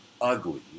ugly